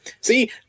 See